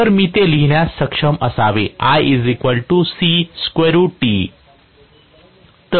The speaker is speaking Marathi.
तर मी ते लिहिण्यास सक्षम असावे